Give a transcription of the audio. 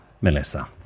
Melissa